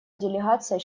делегация